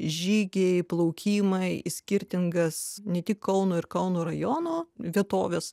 žygiai plaukimai į skirtingas ne tik kauno ir kauno rajono vietoves